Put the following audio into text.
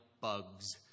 bugs